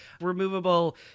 removable